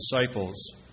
disciples